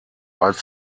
als